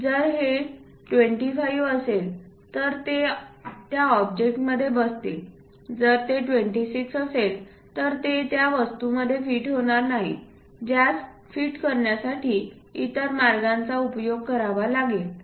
जर हे 25 असेल तर ते त्या ऑब्जेक्टमध्ये बसते जर ते 26 असेल तर ते त्या वस्तूमध्ये फिट होणार नाही ज्यास फिट करण्यासाठी इतर मार्गांचा उपयोग करावा लागेल